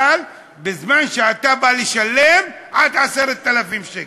אבל בזמן שאתה בא לשלם, עד 10,000 שקל.